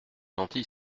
gentil